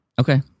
Okay